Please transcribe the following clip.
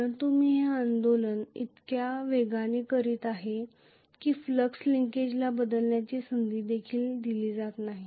परंतु मी हे आंदोलन इतक्या वेगाने करीत आहे की फ्लक्स लिंकेजला बदलण्याची संधीदेखील दिली जात नाही